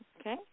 Okay